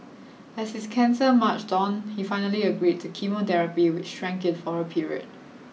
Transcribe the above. as his cancer marched on he finally agreed to chemotherapy which shrank it for a period